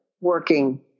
working